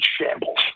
shambles